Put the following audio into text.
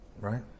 right